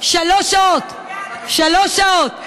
שלוש שעות, שלוש שעות.